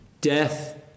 death